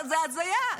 זה הזיה.